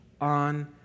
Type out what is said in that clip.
on